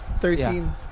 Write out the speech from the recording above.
Thirteen